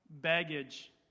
baggage